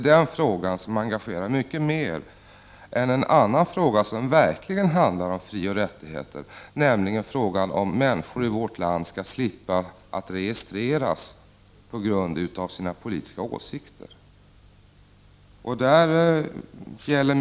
Den frågan engagerar er mycket mer än en annan fråga, som verkligen handlar om frioch rättigheter, nämligen frågan om människor i vårt land skall slippa registreras på grund av sina politiska åsikter.